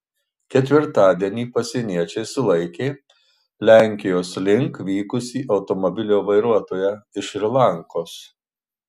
ketvirtadienį pasieniečiai sulaikė lenkijos link vykusį automobilio vairuotoją iš šri lankos